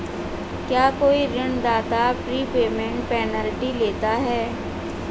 क्या कोई ऋणदाता प्रीपेमेंट पेनल्टी लेता है?